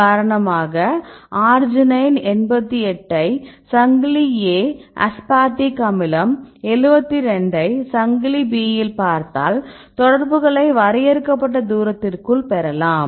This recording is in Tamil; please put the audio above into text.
உதாரணமாக அர்ஜினைன் 88 ஐ சங்கிலி A அஸ்பார்டிக் அமிலம் 72 ஐ சங்கிலி B இல் பார்த்தால் தொடர்புகளை வரையறுக்கப்பட்ட தூரத்திற்குள் பெறலாம்